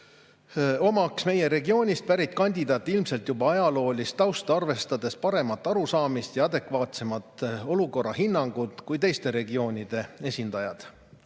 omaks meie regioonist pärit kandidaat ilmselt juba ajaloolist tausta arvestades paremat arusaamist ja adekvaatsemat olukorra hinnangut kui teiste regioonide esindajad.